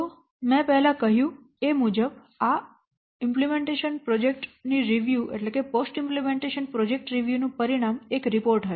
તો મેં પહેલા કહ્યું એ મુજબ આ અમલીકરણ પ્રોજેક્ટ ની રિવ્યૂ નું પરિણામ એક રિપોર્ટ હશે